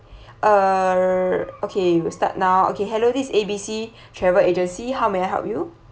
uh okay we start now okay hello this is A B C travel agency how may I help you